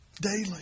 Daily